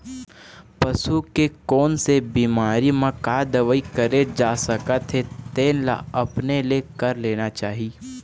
पसू के कोन से बिमारी म का दवई करे जा सकत हे तेन ल अपने ले कर लेना चाही